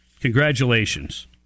congratulations